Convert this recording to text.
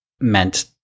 meant